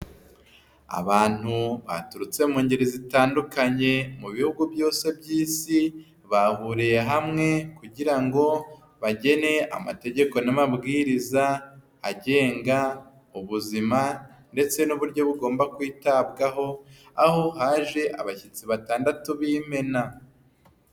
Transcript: Abantu baturutse mu ngeri zitandukanye mu bihugu byose by'isi, bahuriye hamwe kugira ngo bagene amategeko n'amabwiriza agenga ubuzima ndetse n'uburyo bugomba kwitabwaho aho haje abashyitsi batandatu b'imena.